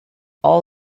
all